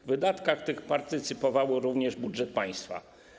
W wydatkach tych partycypował również budżet państwa.